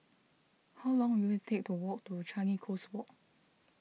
how long will it take to walk to Changi Coast Walk